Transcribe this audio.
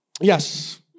yes